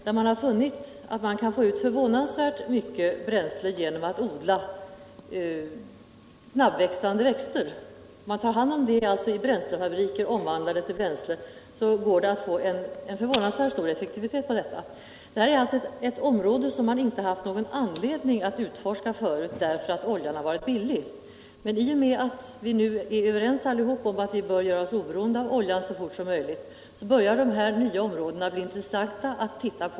Man har där funnit att man kan få ut förvånansvärt mycket bränsle genom att odla snabbväxande växter. Man kan ta hand om dem i bränslefabriker och omvandla dem till bränsle med förvånansvärt stor effektivitet. Detta är ett område som man inte haft någon anledning att utforska tidigare, därför att oljan varit billig. I och med att vi nu alla är överens om att vi så fort som möjligt bör göra oss oberoende av oljan börjar dessa nya områden bli intressanta.